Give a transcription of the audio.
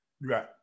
right